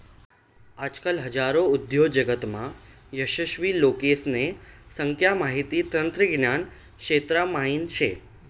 आजकाल हजारो उद्योजकतामा यशस्वी लोकेसने संख्या माहिती तंत्रज्ञान क्षेत्रा म्हाईन शे